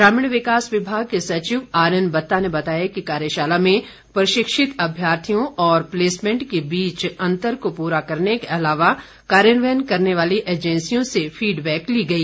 ग्रामीण विकास विभाग के सचिव आरएन बत्ता ने बताया कि कार्यशाला में प्रशिक्षित अभ्यार्थियों और प्लेसमेंट के बीच अंतर को पूरा करने के अलावा कार्यन्वयन करने वाली एजेंसियों से फीडबैक ली गई